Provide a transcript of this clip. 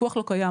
הפיקוח לא קיים.